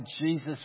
Jesus